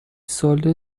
ساله